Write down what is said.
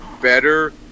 better